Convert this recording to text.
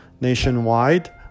nationwide